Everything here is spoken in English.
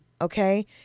Okay